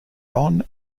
don